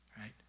right